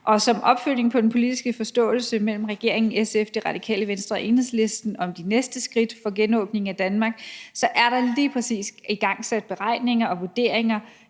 Og som opfølgning på den politiske forståelse mellem regeringen, SF, Det Radikale Venstre og Enhedslisten om de næste skridt for genåbning af Danmark er der lige præcis igangsat beregninger og vurderinger